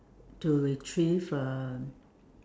to retrieve uh